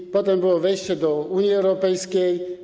I potem było wejście do Unii Europejskiej.